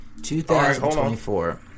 2024